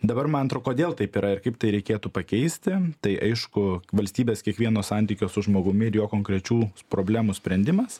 dabar man atro kodėl taip yra ir kaip tai reikėtų pakeisti tai aišku valstybės kiekvieno santykio su žmogumi ir jo konkrečių problemų sprendimas